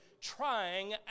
trying